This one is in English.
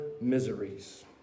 miseries